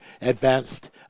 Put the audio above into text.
advanced